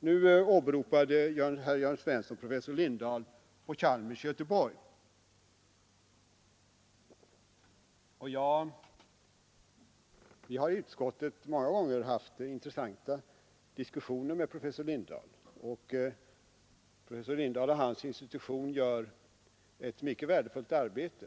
Malmö åberopade professor Lindahl vid Chalmers tekniska högskola i Göteborg. Utskottet har många gånger haft intressanta diskussioner med professor Lindahl. Han och hans institution gör ett mycket värdefullt arbete.